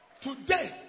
today